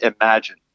Imagine